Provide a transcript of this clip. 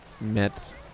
met